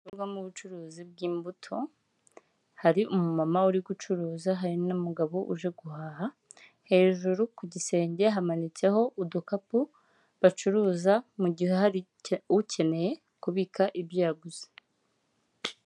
Inzu ikorerwamo ubucuruzi bw'imbuto hari umumama uri gucuruza hari n'umugabo uje guhaha, hejuru ku gisenge hamanitseho udukapu bacuruza, mu gihe hari ukeneye kubika ibyo yaguze.